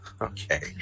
Okay